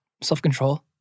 self-control